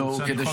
בכל זאת,